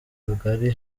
kagari